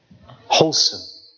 wholesome